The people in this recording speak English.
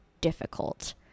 difficult